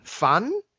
fun